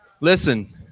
Listen